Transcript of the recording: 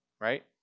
right